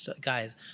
guys